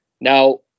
Now